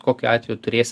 kokiu atveju turėsi